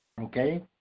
okay